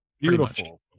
Beautiful